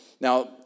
Now